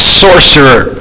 sorcerer